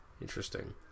interesting